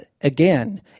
again